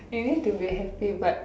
you need to be happy but